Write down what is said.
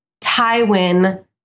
Tywin